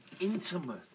intimate